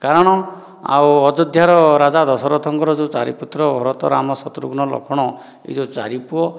କାରଣ ଆଉ ଅଯୋଧ୍ୟାର ରାଜା ଦଶରଥଙ୍କର ଯେଉଁ ଚାରି ପୁତ୍ର ଭରତ ରାମ ଶତ୍ରୁଘ୍ନ ଲକ୍ଷ୍ମଣ ଏହି ଯେଉଁ ଚାରି ପୁଅ